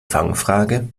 fangfrage